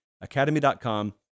academy.com